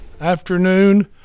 afternoon